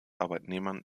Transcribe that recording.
arbeitnehmern